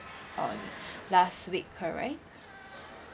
on last week correct